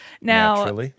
now